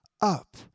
up